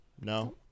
No